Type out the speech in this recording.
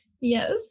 Yes